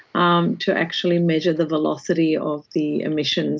um to actually measure the velocity of the emissions